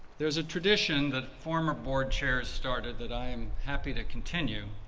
there's a tradition that former board chair started that i am happy to continue,